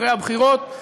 אחרי הבחירות,